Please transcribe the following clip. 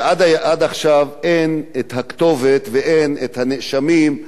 ועד עכשיו אין את הכתובת ואין את הנאשמים.